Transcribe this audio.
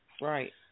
Right